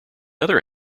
other